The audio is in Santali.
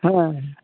ᱦᱮᱸ